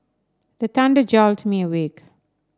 the thunder jolt me awake